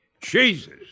Jesus